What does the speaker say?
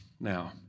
Now